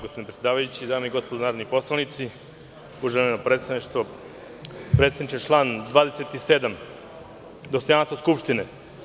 Gospodine predsedavajući, dame i gospodo narodni poslanici, uvaženo predsedništvo, predsedniče, član 27. – dostojanstvo Narodne skupštine.